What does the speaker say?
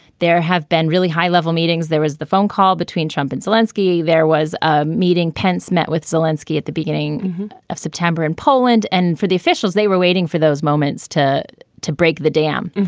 there have been really high level meetings. there was the phone call between trump and zelinski. there was a meeting pentz met with zelinsky at the beginning of september in poland. and for the officials, they were waiting for those moments to to break the dam.